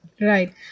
Right